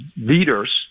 leaders